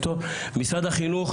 משרד החינוך,